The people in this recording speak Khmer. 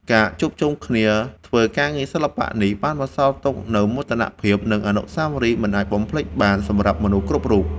ការជួបជុំគ្នាធ្វើការងារសិល្បៈនេះ បានបន្សល់ទុកនូវមោទនភាព និងអនុស្សាវរីយ៍មិនអាចបំភ្លេចបានសម្រាប់មនុស្សគ្រប់រូប។